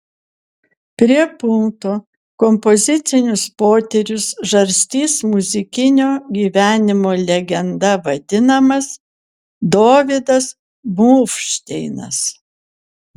prie pulto kompozicinius potyrius žarstys muzikinio gyvenimo legenda vadinamas dovydas bluvšteinas